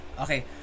okay